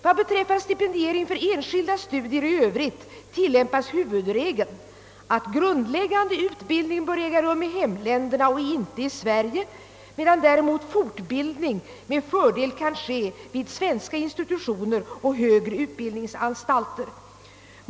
Vad beträffar stipendiering för enskilda studier i övrigt tillämpas huvudregeln, att grundläggande utbildning bör äga rum i hemländerna och inte i Sverige, medan däremot fortbildning med fördel kan ske vid svenska institutioner och högre utbildningsanstalter.